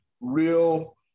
real